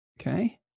Okay